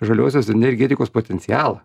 žaliosios energetikos potencialą